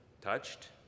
touched